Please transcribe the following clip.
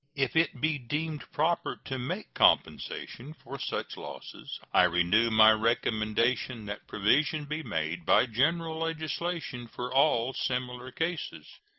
if it be deemed proper to make compensation for such losses, i renew my recommendation that provision be made by general legislation for all similar cases.